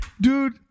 Dude